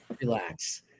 Relax